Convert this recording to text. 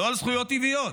לא על זכויות טבעיות,